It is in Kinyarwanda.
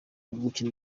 gukina